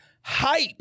Hype